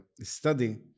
study